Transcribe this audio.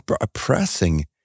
oppressing